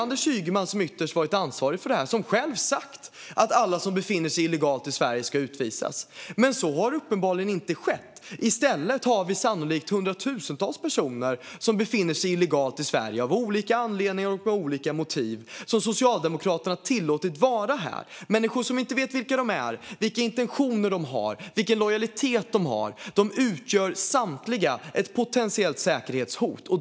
Anders Ygeman, som har varit ytterst ansvarig för detta, har själv sagt att alla som befinner sig illegalt i Sverige ska utvisas. Men så har uppenbarligen inte skett. I stället har vi sannolikt hundratusentals personer som befinner sig illegalt i Sverige av olika anledningar och med olika motiv och som Socialdemokraterna tillåtit att vara här. Det är människor som vi inte vet vilka de är, vilka intentioner de har eller vilken lojalitet de har. De utgör samtliga ett potentiellt säkerhetshot.